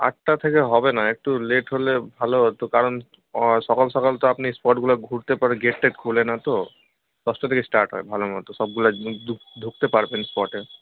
আটটা থেকে হবে না একটু লেট হলে ভালো হতো কারণ সকাল সকাল তো আপনি স্পটগুলো ঘুরতে পারে গেট টেট খোলে না তো দশটা থেকে স্টার্ট হয় ভালো মতো সবগুলা একদম ঢুকতে পারবেন স্পটে